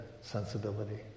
sensibility